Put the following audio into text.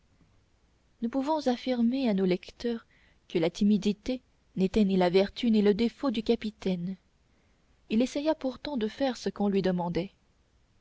nous pouvons affirmer à nos lecteurs que la timidité n'était ni la vertu ni le défaut du capitaine il essaya pourtant de faire ce qu'on lui demandait